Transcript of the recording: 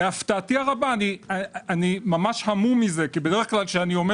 אני המום מזה כי בדרך כלל כשאני אומר